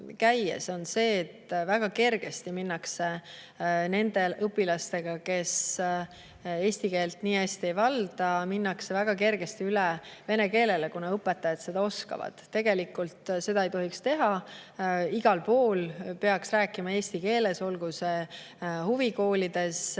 on see, et väga kergesti minnakse nende õpilaste puhul, kes eesti keelt hästi ei valda, üle vene keelele, kuna õpetajad seda oskavad. Tegelikult ei tohiks seda teha. Igal pool peaks rääkima eesti keeles, olgu see huvikoolides,